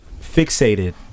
fixated